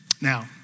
Now